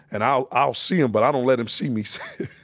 and i'll i'll see him, but i don't let him see me see